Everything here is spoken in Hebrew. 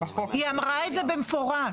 היא אמרה את זה במפורש.